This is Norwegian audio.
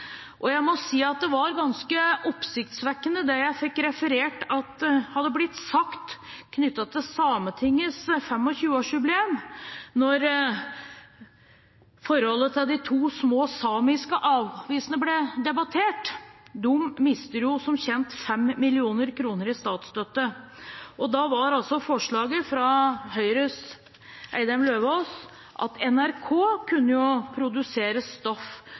og det var ganske oppsiktsvekkende det jeg fikk referert at hadde blitt sagt knyttet til Sametingets 25-årsjubileum. Når forholdet for de to små samiske avisene ble debattert – de mister som kjent 5 mill. kr i statsstøtte – var forslaget fra Høyres Eidem Løvaas at NRK kunne jo produsere stoff